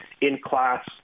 in-class